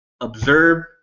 observe